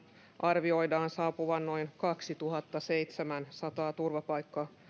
arvioidaan saapuvan noin kaksituhattaseitsemänsataa turvapaikka